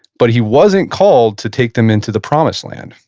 but he wasn't called to take them into the promised land.